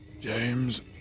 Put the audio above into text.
James